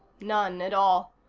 none at all.